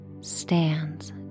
stands